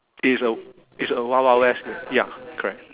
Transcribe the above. it is a it's a wild wild west ya correct